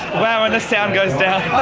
wow, and the sound goes down!